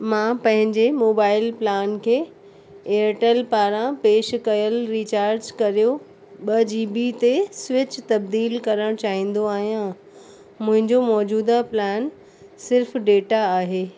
मां पंहिंजे mobile plan खे एअरटेल पारां पेश कयल रीचार्ज कर्यो ॿ जी बी ते स्विच तब्दील करणु चाहींदो आहियां मुंहिंजो मौजूदु प्लैन सिर्फ़ डेटा आहे